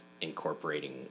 incorporating